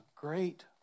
great